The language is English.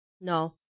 No